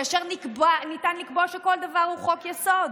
ואפשר לקבוע שכל דבר הוא חוק-יסוד.